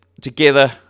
together